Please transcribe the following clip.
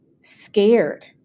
scared